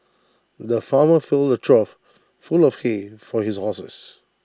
the farmer filled A trough full of hay for his horses